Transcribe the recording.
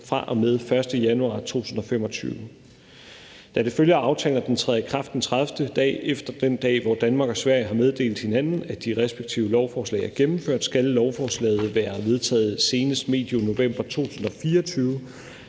fra og med den 1. januar 2025. Da det følger af aftalen, at den træder i kraft den 30. dag efter den dag, hvor Danmark og Sverige har meddelt hinanden, at de respektive lovforslag er gennemført, skal lovforslaget være vedtaget senest medio november 2024,